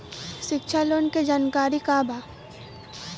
शिक्षा लोन के जानकारी का बा?